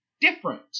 different